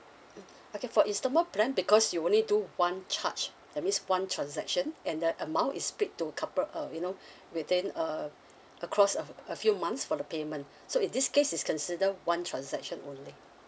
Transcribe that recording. mm okay for instalment plan because you only do one charge that means one transaction and the amount is split to couple uh you know within uh across uh a few months for the payment so in this case it's considered one transaction only